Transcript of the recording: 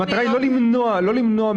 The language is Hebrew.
המטרה היא לא למנוע מאחרים,